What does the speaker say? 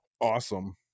awesome